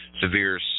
severe